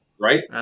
Right